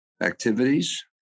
activities